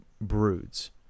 broods